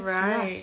right